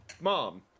Mom